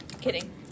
Kidding